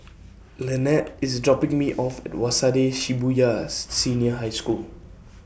Lynnette IS dropping Me off At Waseda Shibuya Senior High School